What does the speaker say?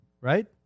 right